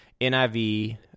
NIV